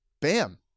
Bam